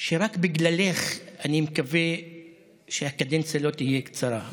שרק בגללך אני מקווה שהקדנציה לא תהיה קצרה,